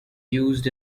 used